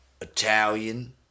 Italian